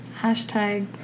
hashtag